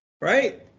right